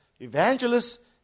evangelists